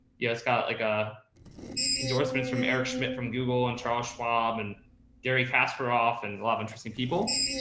yeah, it's got like, ah endorsements from eric schmidt from google and charles schwab and gary casper off. and a lot of interesting people.